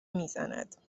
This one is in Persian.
میزند